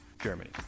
Germany